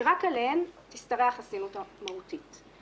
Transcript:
שרק עליהן תשתרע החסינות המהותית.